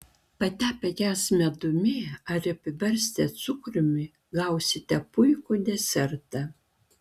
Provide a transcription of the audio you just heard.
patepę jas medumi ar apibarstę cukrumi gausite puikų desertą